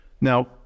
Now